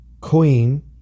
Queen